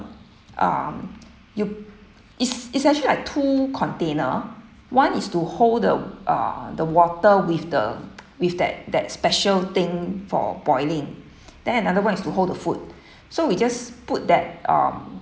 uh you it's it's actually like two container one is to hold the uh the water with the with that that special thing for boiling then another one is to hold the food so we just put that um